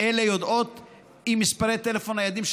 אלה יודעות אם מספרי טלפון ניידים של